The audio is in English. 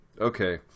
okay